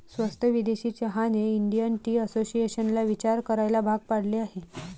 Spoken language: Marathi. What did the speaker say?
स्वस्त विदेशी चहाने इंडियन टी असोसिएशनला विचार करायला भाग पाडले आहे